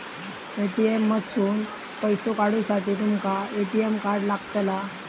ATM मधसून पैसो काढूसाठी तुमका ए.टी.एम कार्ड लागतला